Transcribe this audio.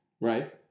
Right